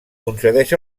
concedeix